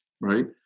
right